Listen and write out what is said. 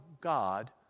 God